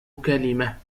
كلمة